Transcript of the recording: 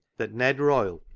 that ned royle,